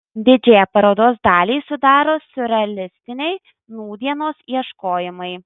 didžiąją parodos dalį sudaro siurrealistiniai nūdienos ieškojimai